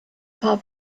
paar